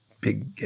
big